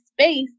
space